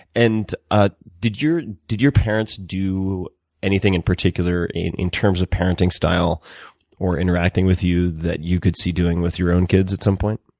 and ah did your your parents do anything in particular in in terms of parenting style or interacting with you that you could see doing with your own kids at some point?